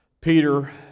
Peter